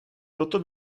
toto